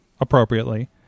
appropriately